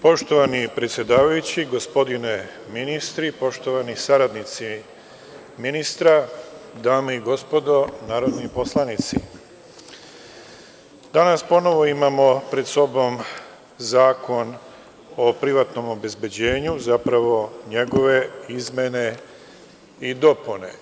Poštovani predsedavajući, gospodine ministre, poštovani saradnici ministra, dame i gospodo narodni poslanici, danas ponovo imamo pred sobom Zakon o privatnom obezbeđenju, zapravo njegove izmene i dopune.